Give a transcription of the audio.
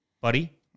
buddy